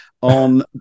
on